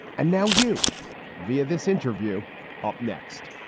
and now you view this interview up next